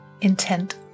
intent